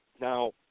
Now